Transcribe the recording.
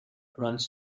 runs